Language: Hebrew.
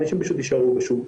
אנשים פשוט יישארו בשוק